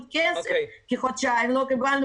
אין לנו כסף כי במשך חודשיים לא קיבלנו